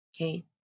Okay